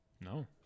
no